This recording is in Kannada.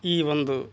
ಈ ಒಂದು